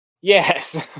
Yes